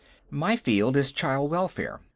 my field is child welfare.